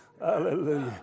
Hallelujah